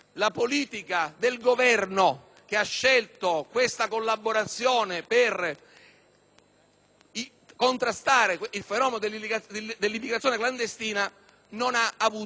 contrastare il fenomeno dell'immigrazione clandestina non ha avuto il successo sperato. Abbiamo allora il paradosso di un accordo che